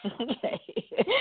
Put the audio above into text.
Okay